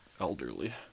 elderly